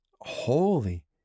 holy